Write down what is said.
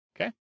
Okay